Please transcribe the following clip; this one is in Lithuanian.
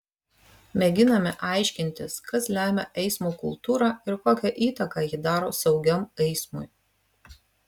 mėginame aiškintis kas lemia eismo kultūrą ir kokią įtaką ji daro saugiam eismui